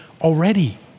already